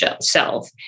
self